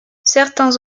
certains